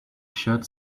shirt